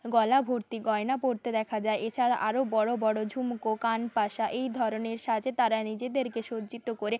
গলা ভর্তি গয়না পরতে দেখা যায় এছাড়া আরও বড় বড় ঝুমকো কানপাশা এই ধরনের সাজে তারা নিজেদেরকে সজ্জিত করে